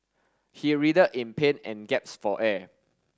he in pain and gasped for air